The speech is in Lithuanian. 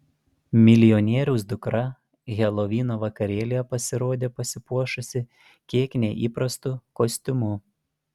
milijonieriaus dukra helovino vakarėlyje pasirodė pasipuošusi kiek neįprastu kostiumu